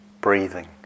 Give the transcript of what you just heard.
breathing